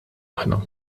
aħna